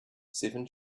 seven